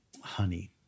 honey